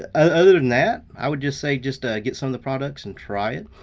ah ah other than that, i would just say just ah get some of the products and try it.